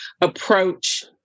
approach